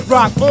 Rock